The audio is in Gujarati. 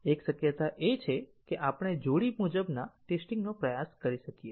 એક શક્યતા એ છે કે આપણે જોડી મુજબના ટેસ્ટીંગ નો પ્રયાસ કરી શકીએ